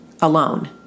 alone